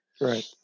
Right